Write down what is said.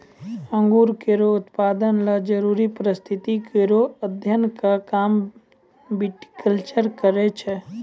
अंगूर केरो उत्पादन ल जरूरी परिस्थिति केरो अध्ययन क काम विटिकलचर करै छै